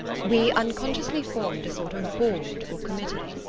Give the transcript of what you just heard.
we unconsciously formed a sort of board or committee.